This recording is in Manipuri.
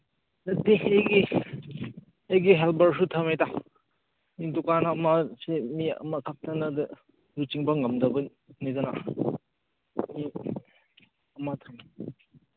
ꯅꯠꯇꯦ ꯑꯩꯒꯤ ꯑꯩꯒꯤ ꯍꯦꯜꯄꯔꯁꯨ ꯊꯝꯃꯤꯗ ꯗꯨꯀꯥꯟ ꯑꯃꯁꯦ ꯃꯤ ꯑꯃꯈꯛꯇꯅꯗ ꯂꯨꯆꯤꯡꯕ ꯉꯝꯗꯕꯅꯤꯗꯅ ꯃꯤ ꯑꯃ ꯊꯝꯃꯦ